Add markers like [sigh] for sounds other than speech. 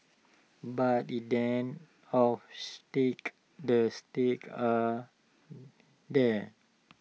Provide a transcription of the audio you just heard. but in [unintelligible] of [unintelligible] stakes the stakes are there